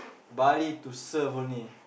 but I need to serve only